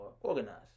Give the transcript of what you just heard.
organized